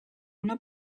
una